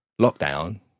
lockdown